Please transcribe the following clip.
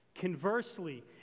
Conversely